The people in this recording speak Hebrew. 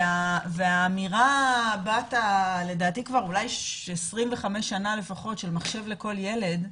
והאמירה בת ה-25 שנים לפחות לדעתי "מחשב לכל ילד",